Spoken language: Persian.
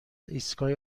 ایستگاه